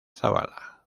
zavala